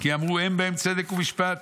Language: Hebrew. "כי אמרו אין בהם צדק ומשפט,